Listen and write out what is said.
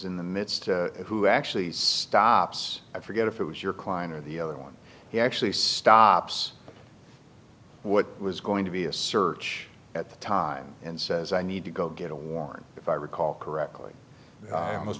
in the midst who actually stops i forget if it was your klein or the other one he actually stops what was going to be a search at the time and says i need to go get a warrant if i recall correctly must